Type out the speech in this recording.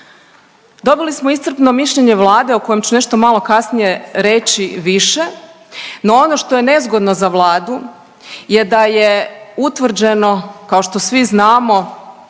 Dobili smo iscrpno mišljenje Vlade o kojem ću nešto malo kasnije reći više, no ono što je nezgodno za Vladu je da je utvrđeno, kao što svi znamo,